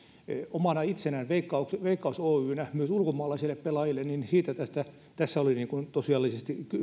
omana itsenään veikkaus oynä myös ulkomaalaisille pelaajille siitä oli tosiasiallisesti